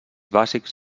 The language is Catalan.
bàsics